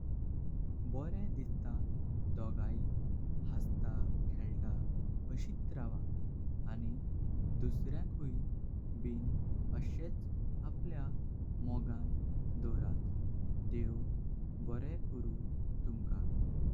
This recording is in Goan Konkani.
बोरेम दिस्ता दोगयीं हसत खेळात आशीत। रवां आनी दुसऱ्यांक हुई बिन अशेच अपल्या मोगान दोरत। देव दोरेम कोरु तुमका।